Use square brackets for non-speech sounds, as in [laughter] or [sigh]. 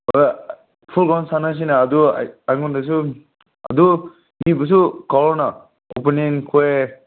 [unintelligible] football ꯁꯥꯟꯅꯁꯤꯅ ꯑꯗꯨ ꯑꯩꯉꯣꯟꯗꯁꯨ ꯑꯗꯨ ꯃꯤꯕꯨꯁꯨ ꯀꯧꯔꯣꯅ ꯑꯣꯄꯣꯅꯦꯟꯈꯣꯏ